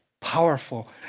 powerful